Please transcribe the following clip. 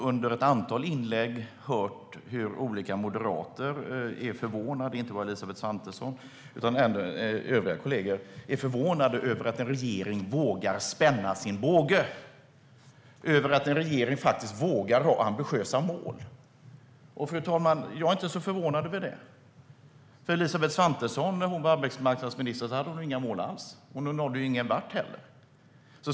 Under ett antal inlägg har vi hört hur olika moderater är förvånade, inte bara Elisabeth Svantesson utan även övriga kollegor, över att en regering vågar spänna sin båge, över att en regering vågar ha ambitiösa mål. Jag är inte så förvånad över det, fru talman, för när Elisabeth Svantesson var arbetsmarknadsminister hade hon inga mål alls, och hon nådde heller ingenvart.